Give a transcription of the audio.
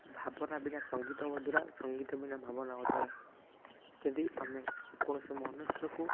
ଭାବନା ବିନା ସଙ୍ଗୀତ ଅଧୁରା ସଙ୍ଗୀତ ବିନା ଭାବନା ଅଧୁରା ଯଦି ଆମେ କୌଣସି ମନୁଷ୍ୟକୁ